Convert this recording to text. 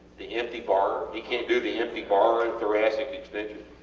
the empty bar he cant do the empty bar in thoracic extension?